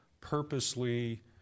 purposely